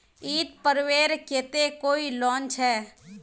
ईद पर्वेर केते कोई लोन छे?